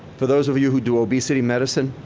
for those of you who do obesity medicine,